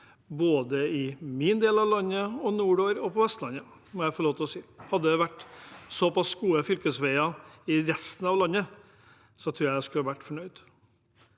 både min del av landet og nordover og Vestlandet. Det må jeg få lov til å si. Hadde det vært så pass gode fylkesveier i resten av landet, tror jeg at jeg skulle vært fornøyd.